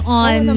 on